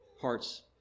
parts